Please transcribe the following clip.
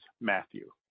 Matthew